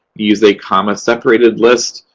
use a comma-separated list,